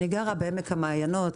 אני גרה בעמק המעיינות,